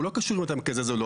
לא קשור אם אתה מקזז או לא.